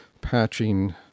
patching